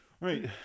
right